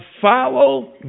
Follow